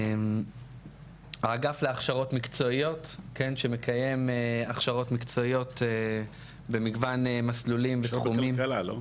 האגף להכשרות מקצועיות שמקיים הכשרות מקצועיות במגוון מסלולים ותחומים.